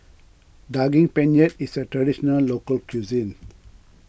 Daging Penyet is a Traditional Local Cuisine